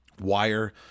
wire